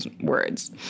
words